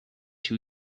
two